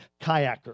kayaker